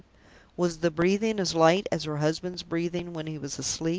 was the breathing as light as her husband's breathing when he was asleep?